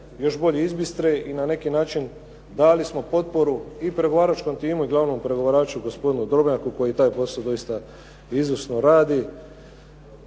još bolje izbistre i na neki način dali smo potporu i pregovaračkom timu i glavnom pregovaraču gospodinu Drobnjaku koji taj posao doista izvrsno radi